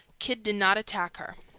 kidd did not attack her.